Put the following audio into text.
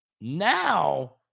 Now